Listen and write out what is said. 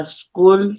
school